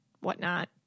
whatnot